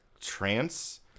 trance